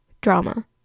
drama